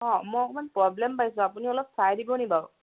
অঁ মই অকণমান প্ৰব্লেম পাইছোঁ আপুনি অলপ চাই দিব নি বাৰু